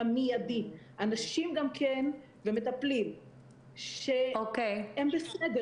אנשים ומטפלים שהם בסדר